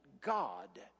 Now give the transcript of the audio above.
God